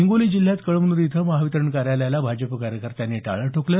हिंगोली जिल्ह्यात कळमनुरी इथं महावितरण कार्यालयाला भाजप कार्यकर्त्यांनी टाळं ठोकलं